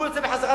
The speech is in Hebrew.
הוא יוצא לעבוד.